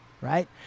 right